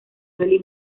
dolly